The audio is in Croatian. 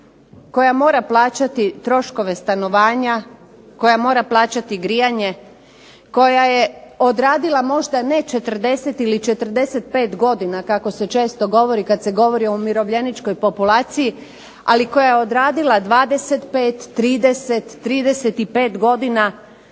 koja mora plaćati troškove stanovanja, koja mora plaćati grijanje, koja je odradila možda ne 40 ili 45 godina kako se često govori kad se govori o umirovljeničkoj populaciji, ali koja je odradila 25, 30, 35 godina,